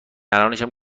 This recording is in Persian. الانشم